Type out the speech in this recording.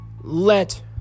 Let